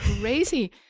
crazy